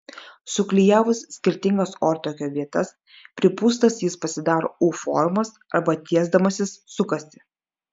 suklijavus skirtingas ortakio vietas pripūstas jis pasidaro u formos arba tiesdamasis sukasi